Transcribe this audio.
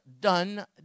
done